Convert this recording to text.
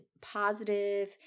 positive